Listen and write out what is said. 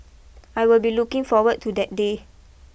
I will be looking forward to that day